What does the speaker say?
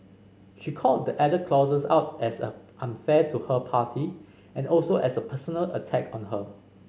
she called the added clauses out as a unfair to her party and also as a personal attack on her